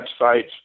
websites